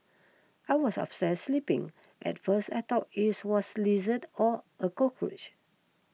I was upstairs sleeping at first I thought is was lizard or a cockroach